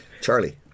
Charlie